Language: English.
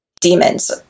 demons